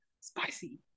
spicy